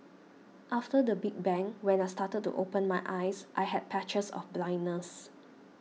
after the big bang when I started to open my eyes I had patches of blindness